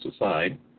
aside